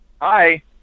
Hi